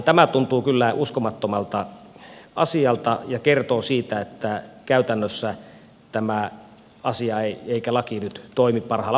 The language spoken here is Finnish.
tämä tuntuu kyllä uskomattomalta asialta ja kertoo siitä että käytännössä tämä asia eikä laki nyt toimi parhaalla mahdollisella tavalla